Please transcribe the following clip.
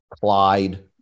Clyde